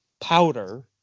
powder